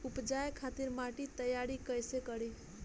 उपजाये खातिर माटी तैयारी कइसे करी?